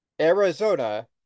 Arizona